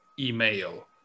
email